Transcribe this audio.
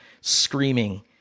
screaming